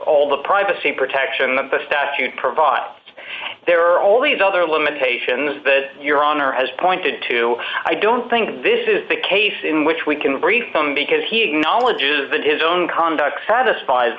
all the privacy protection that the statute provides there are all these other limitations that your honor has pointed to i don't think this is the case in which we can brief them because he knowledge of his own conduct satisf